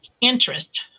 Interest